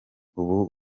ubu